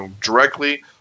directly